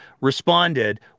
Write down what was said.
responded